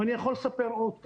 ואני יכול לספר על עוד אירועים.